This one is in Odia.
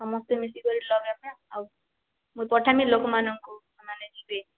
ସମସ୍ତେ ମିଶିକରି ଲଗାଲେ ଆଉ ମୁଇଁ ପଠାବି ଲୋକ୍ମାନ୍ଙ୍କୁ ସେମାନେ ଯିବେ